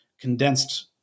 condensed